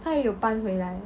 他也有搬回来